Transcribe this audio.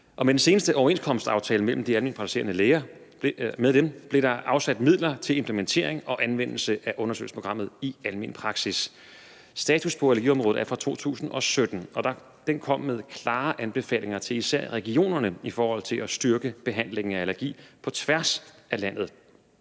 med den seneste overenskomstaftale mellem de alment praktiserende læger blev der afsat midler til implementering og anvendelse af undersøgelsesprogrammet i almen praksis. En status på allergiområdet fra 2017 kom med klare anbefalinger til især regionerne i forhold til at styrke behandlingen af allergi på tværs af landet.